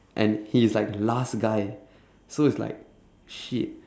and he is like last guy so is like shit